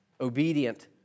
obedient